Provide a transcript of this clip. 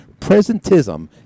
Presentism